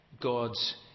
God's